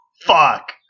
fuck